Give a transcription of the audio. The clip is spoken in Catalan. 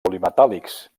polimetàl·lics